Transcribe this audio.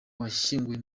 washyinguwe